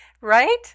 right